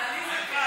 עליזה,